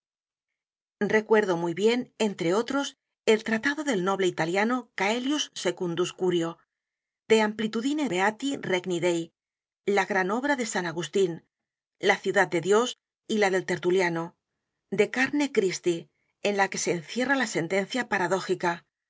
recuerdo muy bien entre otros el tratado del noble italiano coelius secundus curio de amplüudine beati regni dei la gran obra de san agustín la ciudad de dios y la de tertuliano be carne christi en la que se encierra la sentencia paradójica